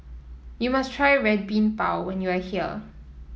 you must try Red Bean Bao when you are here